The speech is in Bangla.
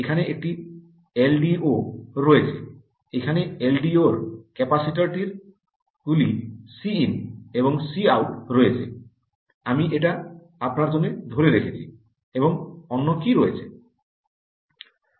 এখানে একটি এলডিও রয়েছে এখানে এলডিওর ক্যাপাসিটর গুলি Cin এবং Cout রয়েছে আমি এটা আপনার জন্য ধরে রেখেছি এবং অন্য কি রয়েছে